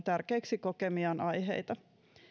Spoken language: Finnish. tärkeiksi kokemiaan aiheita